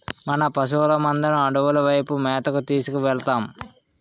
మన పశువుల మందను అడవుల వైపు మేతకు తీసుకు వెలదాం